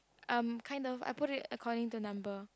um kind of I put it according to number